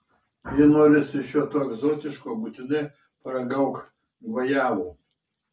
jei norisi šio to egzotiško būtinai paragauk gvajavų